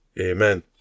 Amen